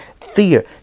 Fear